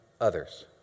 others